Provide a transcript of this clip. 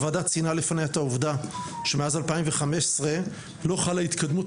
הוועדה ציינה לפניה את העובדה שמאז 2015 לא חלה התקדמות